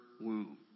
womb